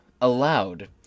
allowed